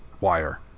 wire